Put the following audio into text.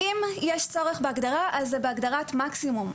אם יש צורך בהגדרה, זה בהגדרת מקסימום.